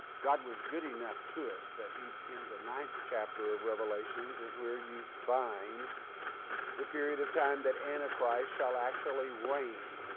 god was good enough to us that he in the ninth chapter of revelations is where you find the period of time that antichrist shall actually reign.